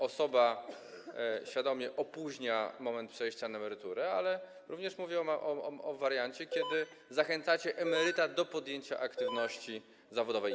osoba świadomie opóźnia moment przejścia na emeryturę, ale również mówię o wariancie, kiedy zachęcacie emeryta do podjęcia aktywności zawodowej.